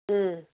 ꯎꯝ